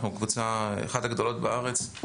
אנחנו קבוצה שהיא אחת הגדולות בארץ,